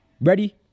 Ready